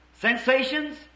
sensations